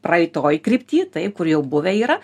praeitoj krypty taip kur jau buvę yra